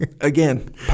again